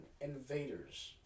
invaders